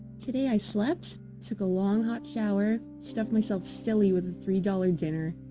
today i slept, took a long hot shower, stuffed myself silly with a three dollars dinner.